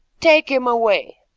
take him away!